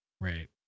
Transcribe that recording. Right